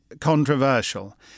controversial